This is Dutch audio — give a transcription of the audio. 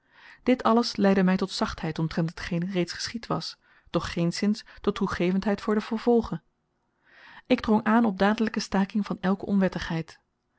dit alles leidde my tot zachtheid omtrent hetgeen reeds geschied was doch geenszins tot toegevendheid voor den vervolge ik drong aan op dadelyke staking van elke onwettigheid